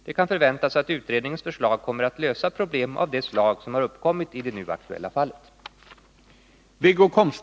Det kan förväntas att utredningens förslag kommer att lösa problem av det slag som har 39 uppkommit i det nu aktuella fallet.